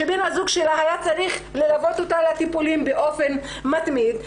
שבן הזוג שלה היה צריך ללוות אותה לטיפולים באופן מתמיד,